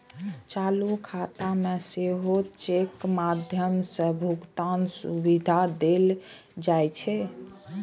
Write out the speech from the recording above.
चालू खाता मे सेहो चेकक माध्यम सं भुगतानक सुविधा देल जाइ छै